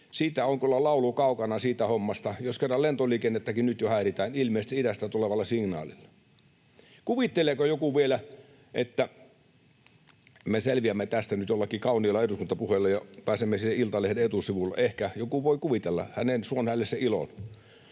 on kyllä laulu kaukana, jos kerran lentoliikennettäkin nyt jo häiritään ilmeisesti idästä tulevalla signaalilla. Kuvitteleeko joku vielä, että me selviämme tästä nyt joillakin kauniilla eduskuntapuheilla ja pääsemme sinne Iltalehden etusivulle? Ehkä joku voi kuvitella, suon hänelle sen ilon.